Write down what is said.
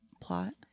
plot